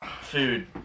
Food